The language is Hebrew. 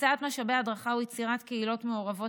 הקצאת משאבי הדרכה ויצירת קהילות מעורבות